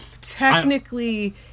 technically